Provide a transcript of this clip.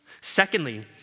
Secondly